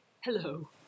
Hello